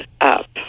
up